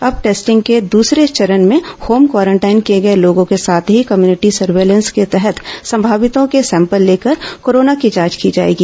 अब टेस्टिंग के दूसरे चरण में होम क्वारेंटाइन किए गए लोगों के साथ ही कम्यनिटी सर्विलेंस के तहत संभावितों के सैंपल लेकर कोरोना की जांच की जाएगी